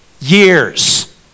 years